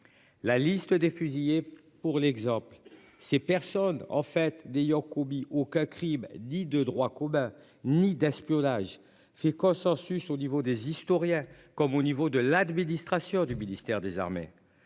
La liste des fusillés pour l'exemple. Ces personnes en fait dès Yacoubi aucun Crime ni de droit commun, ni d'espionnage fait consensus au niveau des historiens comme au niveau de l'administration du ministère des Armées.